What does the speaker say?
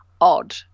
odd